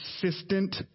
consistent